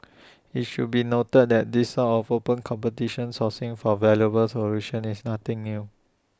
IT should be noted that this sort of open competition sourcing for valuable solutions is nothing new